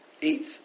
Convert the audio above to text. eat